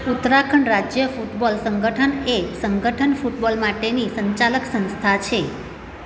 ઉત્તરાખંડ રાજ્ય ફૂટબોલ સંગઠન એ સંગઠન ફૂટબોલ માટેની સંચાલક સંસ્થા છે